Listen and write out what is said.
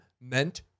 meant